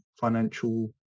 financial